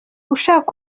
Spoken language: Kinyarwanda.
ushaka